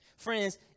Friends